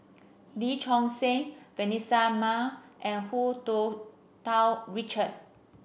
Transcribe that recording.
Lee Choon Seng Vanessa Mae and Hu Tsu Tau Richard